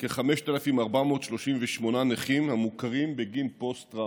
כ-5,438 נכים המוכרים בגין פוסט-טראומה.